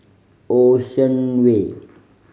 Ocean Way